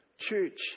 Church